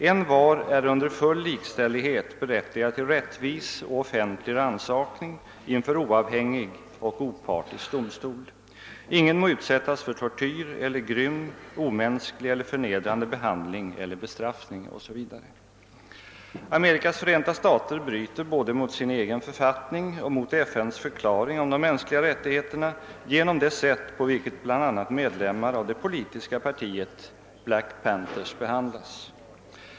Envar är under full likställighet berättigad till rättvis och offentlig rannsakning inför oavhängig och opartisk domstol. Ingen må utsättas för tortyr eller grym, omänsklig eller förnedrande behandling eller bestraffning etc. Amerikas Förenta stater bryter både mot sin egen författning och mot FN:s förklaring om de mänskliga rättigheterna genom det sätt på vilket bl.a. medlemmar av det politiska partiet Black Panthers behandlas.